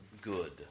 good